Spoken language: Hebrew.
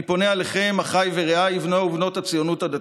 אני פונה אליכם אחיי ורעיי בני ובנות הציונות הדתית: